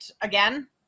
again